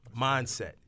mindset